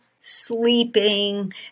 sleeping